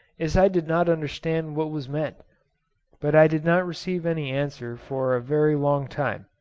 as i did not understand what was meant but i did not receive any answer for a very long time.